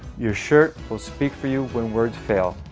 your shirt will speak for you when words fail,